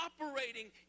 operating